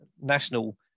national